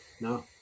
No